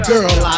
Girl